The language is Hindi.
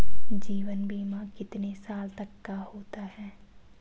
जीवन बीमा कितने साल तक का होता है?